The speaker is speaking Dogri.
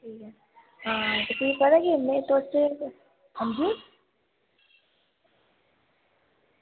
ते भी पता के में ना